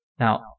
Now